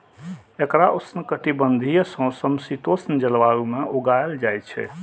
एकरा उष्णकटिबंधीय सं समशीतोष्ण जलवायु मे उगायल जाइ छै